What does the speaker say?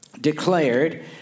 declared